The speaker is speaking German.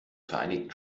vereinigten